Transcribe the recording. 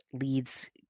leads